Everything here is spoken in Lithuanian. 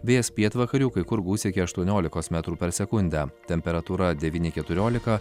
vėjas pietvakarių kai kur gūs iki aštuoniolikos metrų per sekundę temperatūra devyni keturiolika